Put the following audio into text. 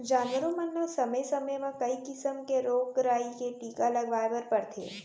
जानवरों मन ल समे समे म कई किसम के रोग राई के टीका लगवाए बर परथे